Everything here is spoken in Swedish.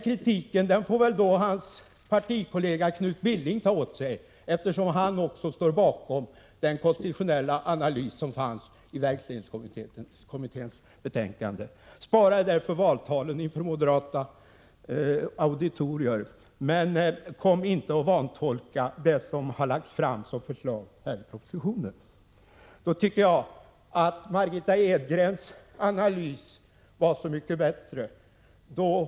Kritiken får väl hans partikollega Knut Billing ta åt sig, eftersom han också står bakom den konstitutionella analys som finns i verksledningskommitténs betänkande. Spara därför valtalen för moderatera auditorier, men vantolka inte det förslag som har lagts fram i propositionen! Margitta Edgrens bedömning var så mycket bättre.